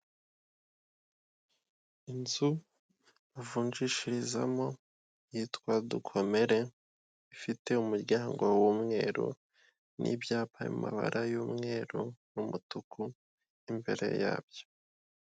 Inzu bavunjishirizamo yitwa dukomere, ifite umuryango w'umweru n'ibyapa biri mu amabara y'umweru, umutuku imbere yabyo.